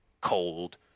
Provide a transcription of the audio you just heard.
cold